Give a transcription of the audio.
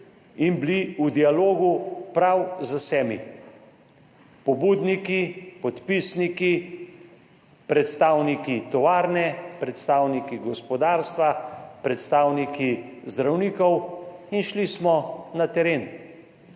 in bili v dialogu prav z vsemi, pobudniki, podpisniki, predstavniki tovarne, predstavniki gospodarstva, predstavniki zdravnikov, in šli smo na teren,